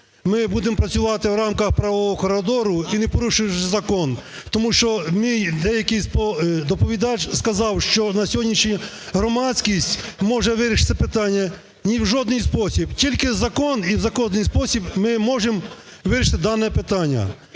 ми будемо працювати в рамках правового коридору, і не порушуючи закон. Тому що мій… деякий доповідач сказав, що на сьогоднішній… громадськість може вирішити це питання. Ні в жодний спосіб. Тільки закон і в законний спосіб ми можемо вирішити дане питання